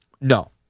No